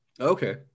Okay